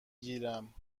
گیرم